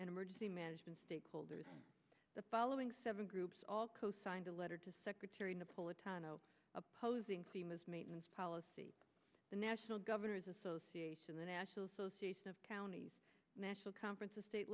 and emergency management stakeholders the following seven groups all cosigned a letter to secretary napolitano opposing themas maintenance policy the national governors association the national association of counties national conference of state